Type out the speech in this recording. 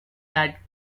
that